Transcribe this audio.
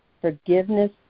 forgiveness